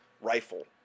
rifle